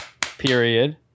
period